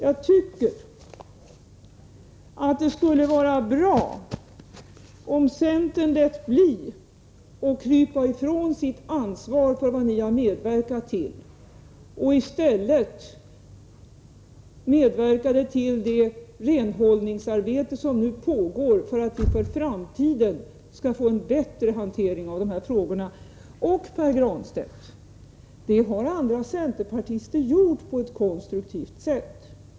Jag tycker att det skulle vara bra, om centern lät bli att krypa ifrån sitt ansvar för vad man har medverkat till och i stället deltog i det renhållningsarbete som nu pågår, så att vi i framtiden får en bättre hantering av de här frågorna. Och, Pär Granstedt, det har andra centerpartister gjort på ett konstruktivt sätt.